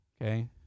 okay